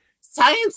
science